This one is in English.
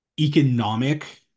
economic